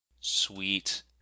Sweet